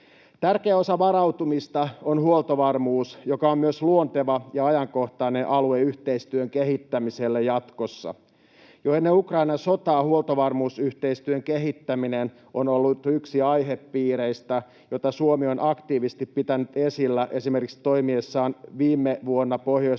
Tärkeä osa varautumista on huoltovarmuus, joka on myös luonteva ja ajankohtainen alue yhteistyön kehittämiselle jatkossa. Jo ennen Ukrainan sotaa huoltovarmuusyhteistyön kehittäminen on ollut yksi aihepiireistä, joita Suomi on aktiivisesti pitänyt esillä esimerkiksi toimiessaan viime vuonna Pohjoismaiden